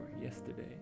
yesterday